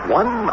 one